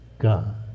God